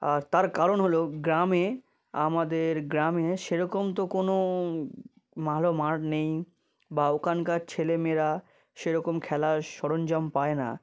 আর তার কারণ হলো গ্রামে আমাদের গ্রামে সেরকম তো কোনো ভালো মাঠ নেই বা ওখানকার ছেলে মেয়েরা সেরকম খেলার সরঞ্জাম পায় না